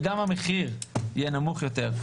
וגם המחיר יהיה נמוך יותר,